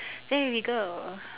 there we go